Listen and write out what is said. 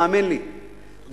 האמן לי מעולם,